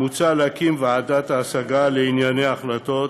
מוצע להקים ועדת השגה לענייני החלטות